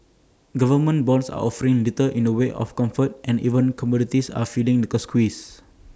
government bonds are offering little in the way of comfort and even commodities are feeling the girl squeeze